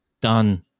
done